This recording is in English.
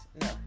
No